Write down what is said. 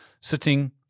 sitting